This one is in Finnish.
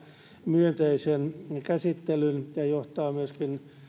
myönteisen käsittelyn ja johtaa myöskin